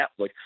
netflix